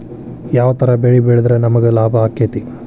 ಯಾವ ತರ ಬೆಳಿ ಬೆಳೆದ್ರ ನಮ್ಗ ಲಾಭ ಆಕ್ಕೆತಿ?